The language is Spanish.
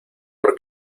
por